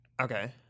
Okay